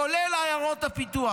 כולל עיירות הפיתוח.